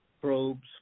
Probes